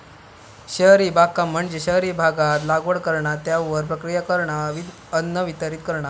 शहरी बागकाम म्हणजे शहरी भागात लागवड करणा, त्यावर प्रक्रिया करणा, अन्न वितरीत करणा